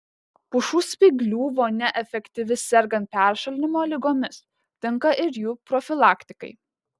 pušų spyglių vonia efektyvi sergant peršalimo ligomis tinka ir jų profilaktikai